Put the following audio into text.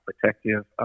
protective